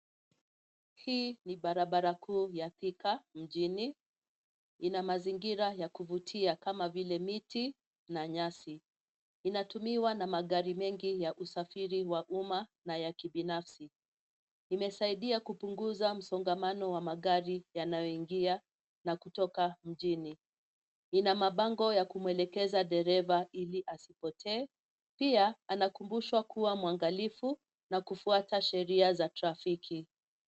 Hii ni barabara kuu ya Thika mjini. Ina mazingira ya kuvutia kama vile miti na nyasi. Inatumiwa na magari mengi ya usafiri wa umma na ya kibinafsi. Imesaidia kupunguza msongamano wa magari yanayoingia na kutoka mjini. Ina mabango ya kumwelekeza dereva ili asipotee, pia anakumbushwa kua mwangalifu na kufuata sheria za trafiki.